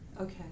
Okay